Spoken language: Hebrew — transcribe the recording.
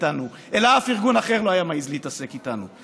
איתנו אלא אף ארגון אחר לא היה מעז להתעסק איתנו.